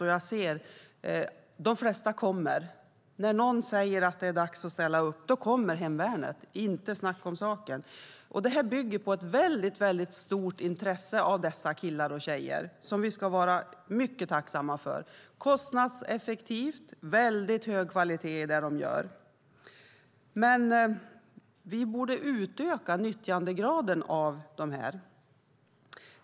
Och jag ser att de flesta kommer. När någon säger att det är dags att ställa upp, då kommer hemvärnet. Det är inget snack om saken, och det här bygger på ett väldigt stort intresse från dessa killar och tjejer som vi ska vara mycket tacksamma för. Det är kostnadseffektivt, och det är väldigt hög kvalitet i det de gör. Vi borde dock utöka nyttjandegraden.